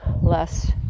less